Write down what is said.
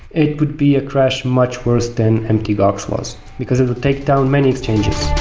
it could be a crash much worse than empty box was, because it will take down many exchanges